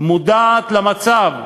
מודעת למצב,